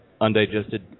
undigested